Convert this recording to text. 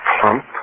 plump